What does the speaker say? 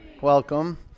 Welcome